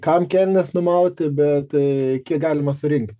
kam kelnes numauti bet kiek galima surinkt